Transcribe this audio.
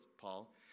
Paul